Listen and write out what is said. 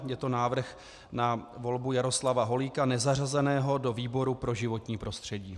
Je to návrh na volbu Jaroslava Holíka, nezařazeného, do výboru pro životní prostředí.